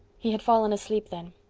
he had fallen asleep then,